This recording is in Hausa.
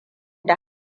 da